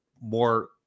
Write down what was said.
more